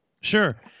Sure